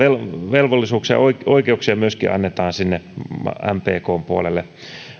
velvollisuuksia ja oikeuksia annetaan sinne mpkn puolelle